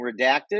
redacted